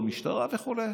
במשטרה וכו'.